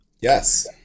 Yes